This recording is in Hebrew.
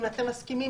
אם אתם מסכימים,